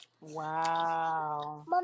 Wow